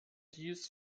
dies